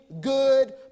good